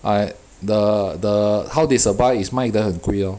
I the the how they survive is 卖得很贵 lor